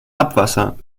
abwasser